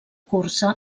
cursa